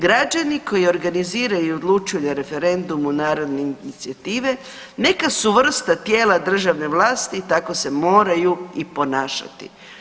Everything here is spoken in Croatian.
Građani koji organiziraju i odlučuju na referendumu narodne inicijative neka su vrsta tijela državne vlasti i tako se moraju i ponašati.